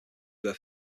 worth